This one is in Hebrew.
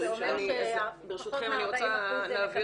זה אומר ש- -- ברשותכם אני רוצה להעביר